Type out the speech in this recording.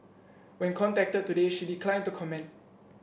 when contacted today she declined to comment